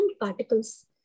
particles